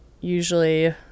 usually